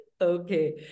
Okay